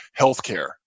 Healthcare